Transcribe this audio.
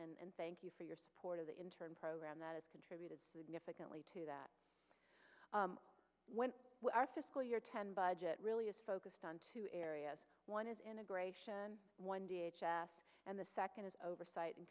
and thank you for your support of the intern program that it's contributed significantly to that when our fiscal year ten budget really is focused on two areas one is integration and the second is oversight